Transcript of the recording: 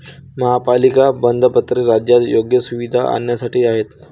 महापालिका बंधपत्रे राज्यात योग्य सुविधा आणण्यासाठी आहेत